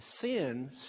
sin